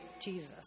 Jesus